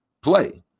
play